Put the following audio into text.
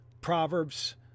proverbs